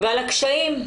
ועל הקשיים.